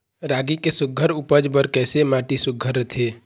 रागी के सुघ्घर उपज बर कैसन माटी सुघ्घर रथे?